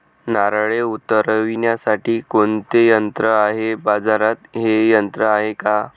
नारळे उतरविण्यासाठी कोणते यंत्र आहे? बाजारात हे यंत्र आहे का?